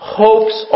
hopes